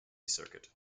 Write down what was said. circuit